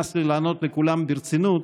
ונמאס לי לענות לכולם ברצינות,